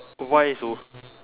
oh why so